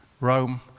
Rome